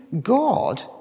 God